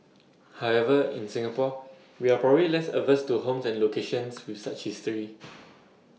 however in Singapore we are probably less averse to homes and locations with such history